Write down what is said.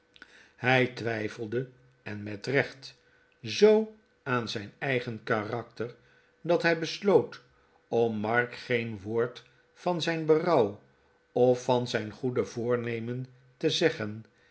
hij twijfelde en met recht zoo aan zijn eigen karakter dat hij besloot om mark geen woord van zijn berouw of van zijn goede voornemen te zeggen